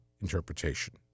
interpretation